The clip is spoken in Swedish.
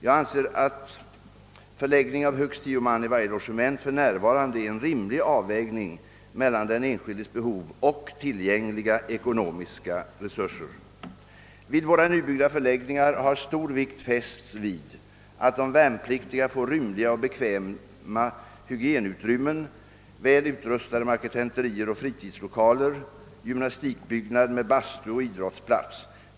Jag anser att förläggning av högst 10 man i varje logement för närvarande är en rimlig avvägning mellan den enskildes behov och tillgängliga ekonomiska resurser. Vid våra nybyggda förläggningar har stor vikt fästs vid att de värnpliktiga får rymliga och bekväma hygienutrymmen, väl utrustade marketenterier och fritidslokaler samt gymnastikbyggnad med bastu och idrottsplats.